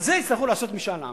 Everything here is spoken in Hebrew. על זה יצטרכו לעשות משאל עם.